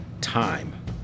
time